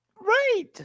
Right